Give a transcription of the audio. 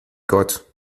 gott